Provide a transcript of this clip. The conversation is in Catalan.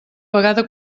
vegada